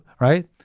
right